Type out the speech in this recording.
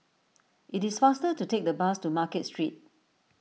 it is faster to take the bus to Market Street